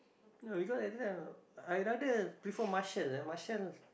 no beacause everytime I rather prefer Martial Martial